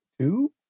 Two